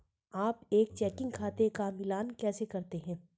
आप एक चेकिंग खाते का मिलान कैसे करते हैं?